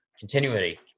continuity